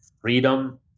freedom